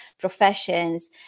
professions